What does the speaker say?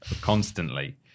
Constantly